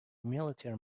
military